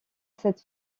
cette